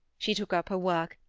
she took up her work,